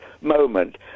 moment